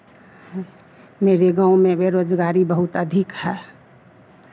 मेरे गाँव में बेरोज़गारी बहुत अधिक है